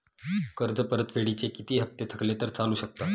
कर्ज परतफेडीचे किती हप्ते थकले तर चालू शकतात?